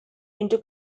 into